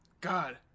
God